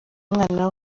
umwana